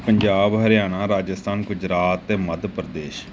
ਪੰਜਾਬ ਹਰਿਆਣਾ ਰਾਜਸਥਾਨ ਗੁਜਰਾਤ ਅਤੇ ਮੱਧ ਪ੍ਰਦੇਸ਼